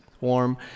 warm